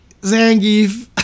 Zangief